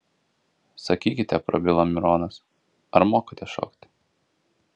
sakykite prabilo mironas ar mokate šokti